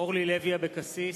אורלי לוי אבקסיס,